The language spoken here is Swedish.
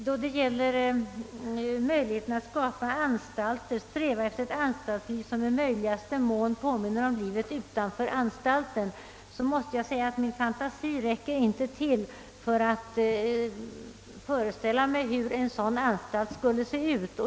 Då det gäller strävandena att skapa ett anstaltsliv som i möjligaste mån påminner om livet utanför anstalten måste jag säga att min fantasi inte räcker till för att jag skall kunna föreställa mig hur en sådan anstalt skulle se ut.